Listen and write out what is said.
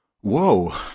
Whoa